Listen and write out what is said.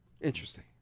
Interesting